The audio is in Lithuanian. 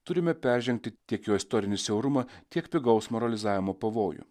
turime peržengti tiek jo istorinį siaurumą tiek pigaus moralizavimo pavojų